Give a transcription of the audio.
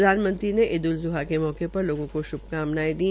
प्रधानमंत्री ने ईद उल ज़्हा के मौके पर लोगों को श्भकामनायें दी